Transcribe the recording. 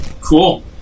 Cool